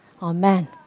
Amen